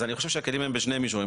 אז אני חושב שהכלים הם בשני מישורים,